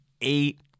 eight